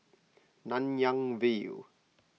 Nanyang View